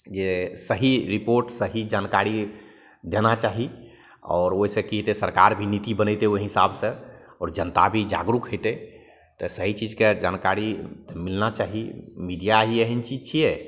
जे सही रिपोर्ट सही जानकारी देना चाही आओर ओहिसे कि हेतै सरकार भी नीति बनेतै ओहि हिसाबसे आओर जनता भी जागरूक हेतै तऽ सही चीजके जानकारी तऽ मिलना चाही मीडिआ ही एहन चीज छिए